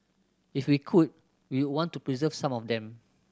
if we could we'd want to preserve some of them